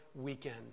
weekend